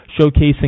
showcasing